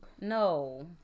No